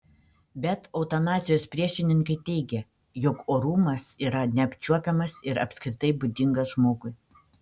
bet eutanazijos priešininkai teigia jog orumas yra neapčiuopiamas ir apskritai būdingas žmogui